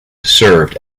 served